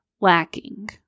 lacking